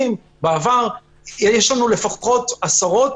יש לנו עשרות,